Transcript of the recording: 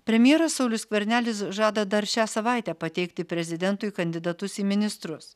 premjeras saulius skvernelis žada dar šią savaitę pateikti prezidentui kandidatus į ministrus